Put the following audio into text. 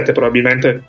probabilmente